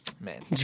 Man